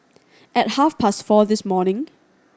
at half past four this morning